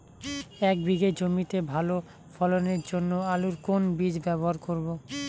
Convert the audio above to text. এক বিঘে জমিতে ভালো ফলনের জন্য আলুর কোন বীজ ব্যবহার করব?